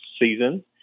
season